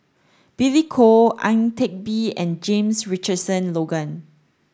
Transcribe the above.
Billy Koh Ang Teck Bee and James Richardson Logan